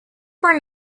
were